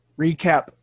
Recap